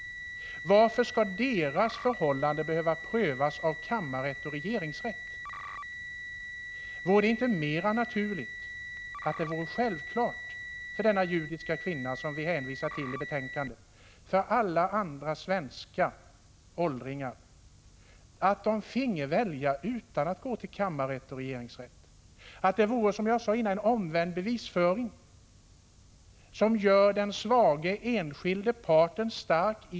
Varför skall deras förhållanden behöva prövas av kammarrätt och regeringsrätt? Vore det inte mer naturligt att denna judiska kvinna, som vi hänvisar till i betänkandet, och alla andra svenska åldringar finge välja utan att gå till kammarrätt och regeringsrätt? Det borde, som jag sade tidigare, i lagen krävas en omvänd bevisföring som gör den svage enskilde parten stark.